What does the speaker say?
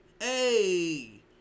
hey